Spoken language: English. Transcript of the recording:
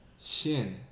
Shin